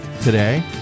today